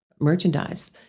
merchandise